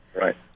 Right